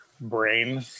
brain